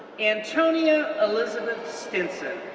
antonia elizabeth stinson,